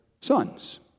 sons